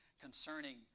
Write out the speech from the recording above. concerning